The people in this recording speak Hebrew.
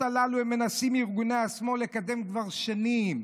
הללו מנסים ארגוני השמאל לקדם כבר שנים.